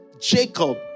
Jacob